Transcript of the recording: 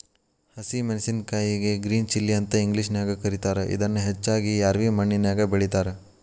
ಹಸಿ ಮೆನ್ಸಸಿನಕಾಯಿಗೆ green chilli ಅಂತ ಇಂಗ್ಲೇಷನ್ಯಾಗ ಕರೇತಾರ, ಇದನ್ನ ಹೆಚ್ಚಾಗಿ ರ್ಯಾವಿ ಮಣ್ಣಿನ್ಯಾಗ ಬೆಳೇತಾರ